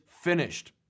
finished